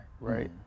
Right